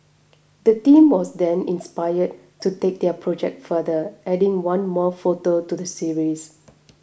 the team was then inspired to take their project further adding one more photo to the series